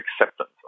acceptance